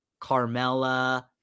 Carmella